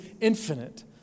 infinite